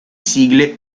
sigle